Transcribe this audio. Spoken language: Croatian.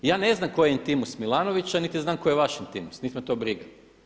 Ja ne znam tko je intimus Milanovića niti znam koji je vaš intimus, niti me to briga.